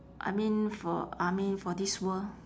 I mean for I mean for this world